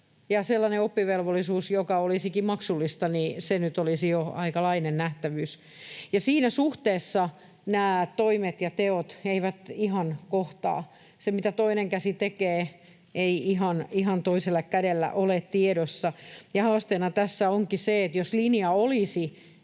Sellainen oppivelvollisuus, joka olisikin maksullista, olisi jo aikalainen nähtävyys. Siinä suhteessa nämä toimet ja teot eivät ihan kohtaa. Se, mitä toinen käsi tekee, ei ihan toisella kädellä ole tiedossa. Haasteena tässä onkin se... Jos linja olisi